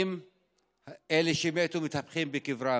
אלה שמתו מתהפכים בקברם.